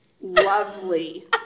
Lovely